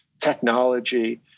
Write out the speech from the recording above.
technology